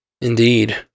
Indeed